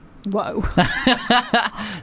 Whoa